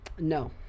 No